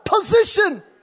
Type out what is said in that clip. position